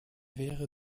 wäre